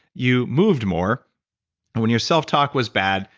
you moved more and when your self-talk was bad,